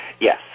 Yes